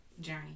journey